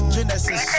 Genesis